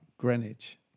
Greenwich